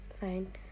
Fine